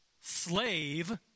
Slave